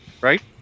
right